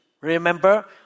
Remember